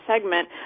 segment